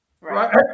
Right